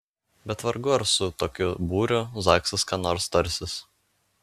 bet vargu ar su tokiu būriu zaksas ką nors tarsis